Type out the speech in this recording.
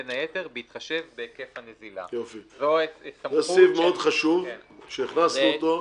בין היתר בהתחשב בהיקף הנזילה'." זה סעיף מאוד חשוב שהכנסנו אותו.